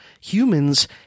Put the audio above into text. humans